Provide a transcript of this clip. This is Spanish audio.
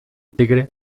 tigre